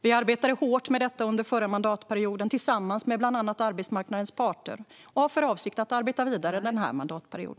Vi arbetade hårt med detta under den förra mandatperioden tillsammans med bland andra arbetsmarknadens parter, och vi har för avsikt att arbeta vidare under denna mandatperiod.